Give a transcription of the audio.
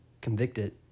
convicted